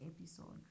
episode